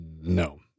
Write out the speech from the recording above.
No